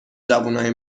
جوونای